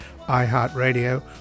iHeartRadio